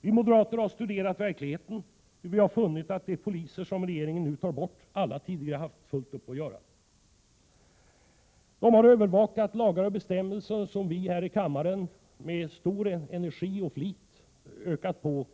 Vi moderater har studerat verkligheten och funnit att alla de poliser som regeringen nu tar bort tidigare haft fullt upp med att övervaka lagar och bestämmelser som vi i denna kammare med stor energi och flit ökat på.